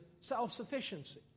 self-sufficiency